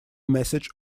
message